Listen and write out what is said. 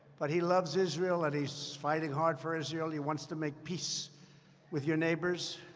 but he loves israel and he's fighting hard for israel. he wants to make peace with your neighbors.